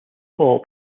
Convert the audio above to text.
hall